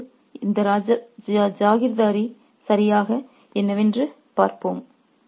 இப்போது இந்த ஜாகிர்தாரி சரியாக என்னவென்று பார்ப்போம்